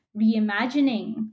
reimagining